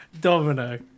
Domino